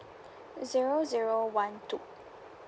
zero zero one two